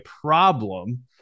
problem